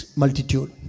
multitude